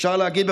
אפשר להגיד,